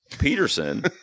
peterson